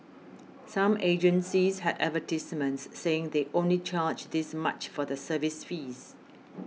some agencies had advertisements saying they only charge this much for the service fees